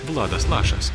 vladas lašas